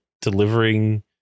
delivering